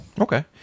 Okay